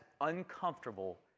uncomfortable